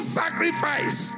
sacrifice